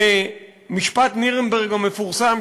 למשפט נירנברג המפורסם,